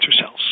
cells